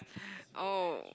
oh